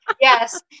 Yes